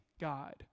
God